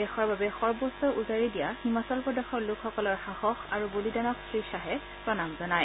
দেশৰ বাবে সৰ্বোচ্চ উজাৰি দিয়া হিমাচল প্ৰদেশৰ লোকসকলৰ সাহস আৰু বলিদানক শ্ৰীশ্বাহে প্ৰণাম জনায়